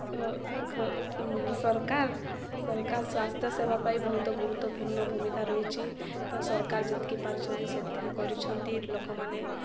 ସରକାର ସରକାର ସ୍ୱାସ୍ଥ୍ୟ ସେବା ପାଇଁ ବହୁତ ଗୁରୁତ୍ୱପୂର୍ଣ୍ଣ ଭୂମିକା ରହିଛି ତ ସରକାର ଯେତିକି ପାରୁଛନ୍ତି ସେତିକି କରୁଛନ୍ତି ଲୋକମାନେ